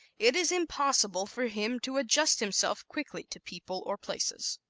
it is impossible for him to adjust himself quickly to people or places.